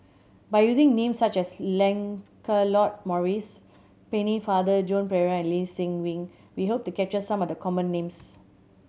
by using names such as Lancelot Maurice Pennefather Joan Pereira and Lee Seng Wee we hope to capture some of the common names